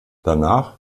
danach